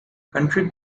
country